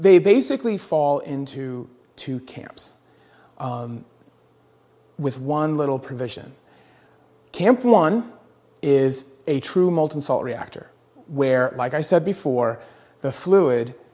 they basically fall into two camps with one little provision camp one is a true molten salt reactor where like i said before the fluid